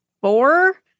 four